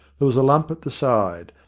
there was a lump at the side,